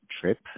trip